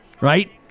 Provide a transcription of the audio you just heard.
right